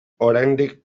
oraindik